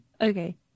okay